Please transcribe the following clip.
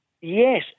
yes